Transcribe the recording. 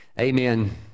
Amen